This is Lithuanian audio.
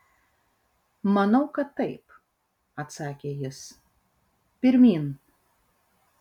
manau kad taip atsakė jis pirmyn